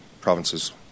province's